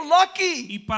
lucky